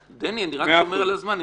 בני, אני רק שומר על הזמן.